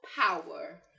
Power